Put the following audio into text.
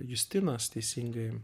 justinas teisingai